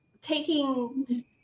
taking